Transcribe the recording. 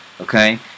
Okay